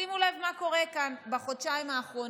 שימו לב מה קורה כאן בחודשיים האחרונים.